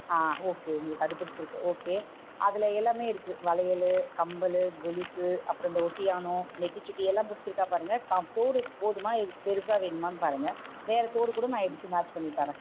ஆ okay உங்களுக்கு அது பிடிச்சிருக்கு ஓகே அதில் எல்லாமே இருக்குது வளையல் கம்மல் கொலுசு அப்புறம் இந்த ஒட்டியாணம் நெற்றிச்சுட்டி எல்லாம் பிடிச்சிருக்கா பாருங்கள் கம் தோடு போதுமா இது பெருசாக வேணுமான்னு பாருங்கள் வேறு தோடு கூட நான் எடுத்து மேட்ச் பண்ணி தரேன்